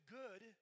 good